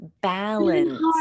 Balance